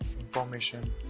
information